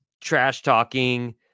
trash-talking